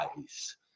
eyes